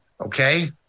Okay